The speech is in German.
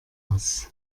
aus